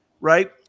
right